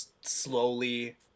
slowly